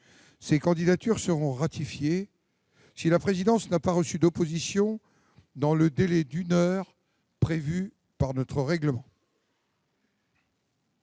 Ces candidatures seront ratifiées si la présidence n'a pas reçu d'opposition dans le délai d'une heure prévu par notre règlement.